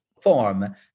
form